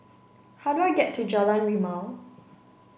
how do I get to Jalan Rimau